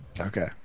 Okay